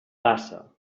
passa